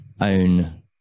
own